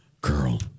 Girl